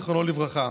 זיכרונו לברכה.